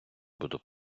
буду